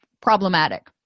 problematic